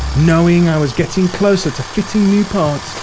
knowing i was getting closer to fitting new parts,